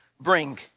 bring